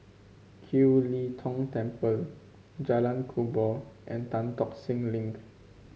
Kiew Lee Tong Temple Jalan Kubor and Tan Tock Seng Link